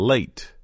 Late